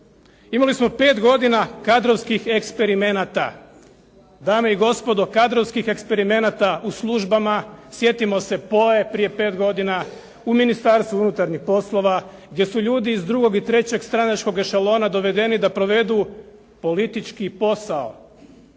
Imali smo pet godina kadrovskih eksperimenata, dame i gospodo kadrovskih eksperimenata u službama. Sjetimo se POA-e prije pet godina, u Ministarstvu unutarnjih poslova gdje su ljudi iz drugog i trećeg stranačkog ešalona dovedeni da provedu politički posao.